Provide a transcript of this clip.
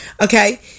Okay